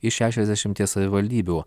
iš šešiasdešimties savivaldybių